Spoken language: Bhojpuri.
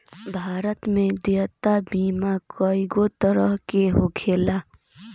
भारत में देयता बीमा कइगो तरह के होखेला